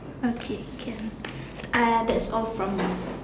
okay can uh that's all from me